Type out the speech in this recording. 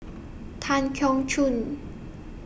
Tan Keong Choon